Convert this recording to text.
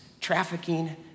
trafficking